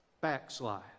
backslide